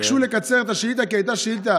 ביקשו לקצר את השאילתה כי היא הייתה שאילתה